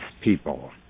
people